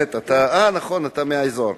נכון, אתה מהאזור.